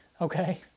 Okay